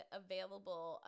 available